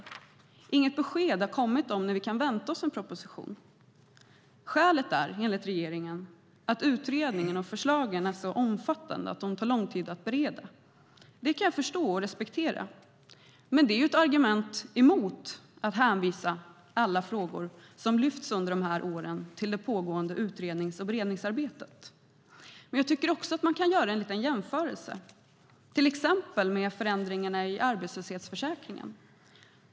Det har inte kommit något besked om när vi kan vänta oss en proposition. Skälet är, enligt regeringen, att utredningen och förslagen är så omfattande att de tar lång tid att bereda. Det kan jag förstå och respektera, men det är ett argument mot att hänvisa alla frågor som lyfts upp under de här åren till det pågående utrednings och beredningsarbetet. Jag tycker också att man kan göra en jämförelse med förändringarna i arbetslöshetsförsäkringen.